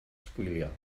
sbwylio